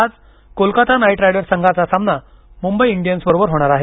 आज Kolkata Knight Riders संघाचा सामना मुंबई इंडियन्सबरोबर होणार आहे